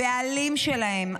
הבעלים שלהם,